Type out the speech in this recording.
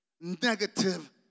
negative